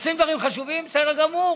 עושים דברים חשובים, בסדר גמור.